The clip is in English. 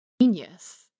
genius